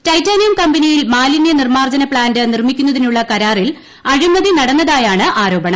titanium കമ്പനിയിൽ മാലിന്യ നിർമ്മാർജ്ജന പ്ലാന്റ് നിർമ്മിക്കുന്നതിനുള്ള കരാറിൽ അഴിമതി നടന്നതായാണ് ആരോപണം